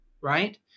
right